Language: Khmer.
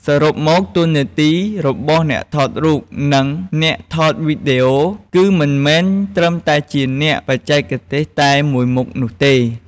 សរុបមក តួនាទីរបស់អ្នកថតរូប និងអ្នកថតវីដេអូ គឺមិនមែនត្រឹមតែជាអ្នកបច្ចេកទេសតែមួយមុខនោះទេ។